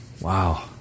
Wow